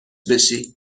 بشی